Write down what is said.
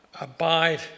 abide